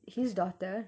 his daughter